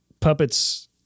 puppets